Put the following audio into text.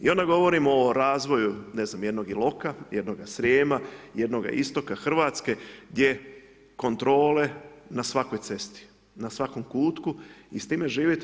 I onda govorimo o razvoju, ne znam, jednoga Iloka, jednoga Srijema, jednoga istoka RH, gdje kontrole na svakoj cesti, na svakom kutku i s time živite.